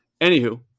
anywho